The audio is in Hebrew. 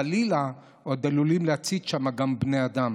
חלילה עוד עלולים להצית שם גם בני אדם.